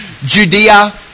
Judea